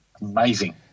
amazing